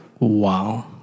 Wow